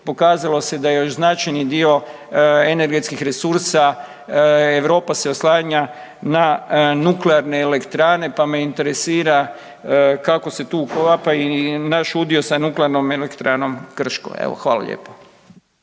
pokazalo se da još značajni dio energetskih resursa Europa se oslanja na nuklearne elektrane pa me interesira kako se tu uklapa i naš udio sa Nuklearnom elektranom Krško. Evo hvala lijepo.